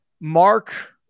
Mark